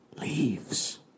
leaves